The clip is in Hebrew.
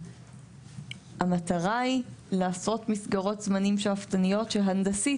המטרה היא לעשות מסגרות זמנים שאפתניות שהנדסית,